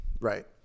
Right